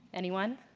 anyone?